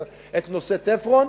את נושא "תפרון",